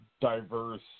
diverse